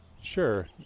sure